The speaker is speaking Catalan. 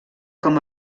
com